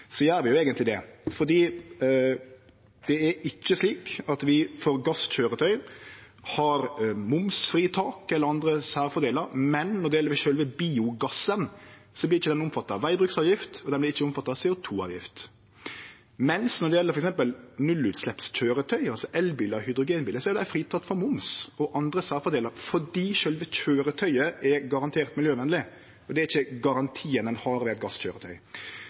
gjer vi jo eigentleg det. Det er ikkje slik at vi for gasskøyretøy har momsfritak eller andre særfordelar, men når det gjeld sjølve biogassen, vert ikkje den omfatta av vegbruksavgift og CO 2 -avgift. Mens når det gjeld nullutsleppskøyretøy – altså elbilar og hydrogenbilar – er dei fritekne frå moms og har andre særfordelar fordi sjølve køyretøyet er garantert miljøvenleg. Den garantien har ein ikkje